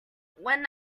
when